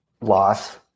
loss